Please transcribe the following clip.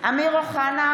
בהצבעה אמיר אוחנה,